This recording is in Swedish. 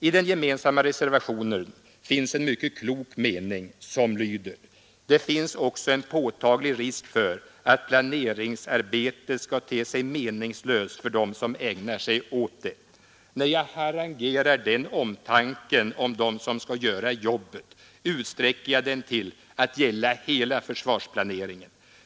I den gemensamma reservationen finns en mycket klok mening som lyder: ”Det finns också en påtaglig risk för att planeringsarbetet skall te sig meningslöst för dem som skall ägna sig åt det.” När jag harangerar den omtanken om dem som skall göra jobbet, utsträcker jag den till att gälla hela försvarsplaneringen.